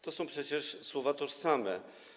To są przecież słowa tożsame.